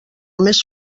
més